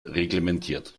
reglementiert